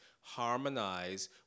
harmonize